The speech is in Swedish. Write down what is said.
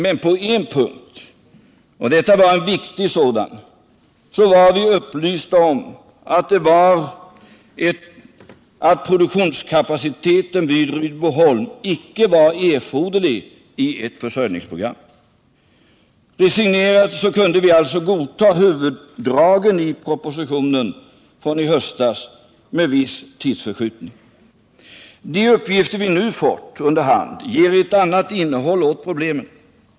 Men på en punkt — detta var en viktig sådan — var vi upplysta om att produktionskapaciteten vid Rydboholm icke var erforderlig: i ett försörjningsprogram. Resignerande kunde vi alltså godta huvuddragen i propositionen från i höstas med en viss tidsförskjutning. De uppgifter vi nu under hand fått ger emellertid ett annat innehåll åt problemet.